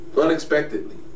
unexpectedly